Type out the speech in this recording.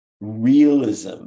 realism